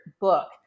book